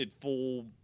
full, –